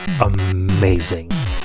amazing